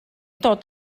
dod